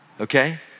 Okay